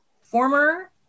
former